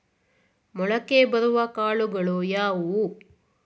ಮೊಳಕೆ ಬರುವ ಕಾಳುಗಳು ಯಾವುವು?